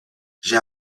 j’ai